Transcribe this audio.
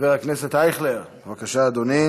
חבר הכנסת אייכלר, בבקשה, אדוני.